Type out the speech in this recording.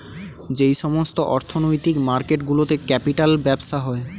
যেই সমস্ত অর্থনৈতিক মার্কেট গুলোতে ক্যাপিটাল ব্যবসা হয়